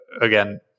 again